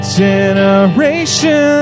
generation